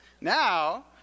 Now